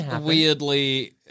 weirdly